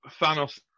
Thanos